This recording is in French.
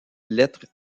lettres